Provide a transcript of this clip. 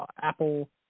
Apple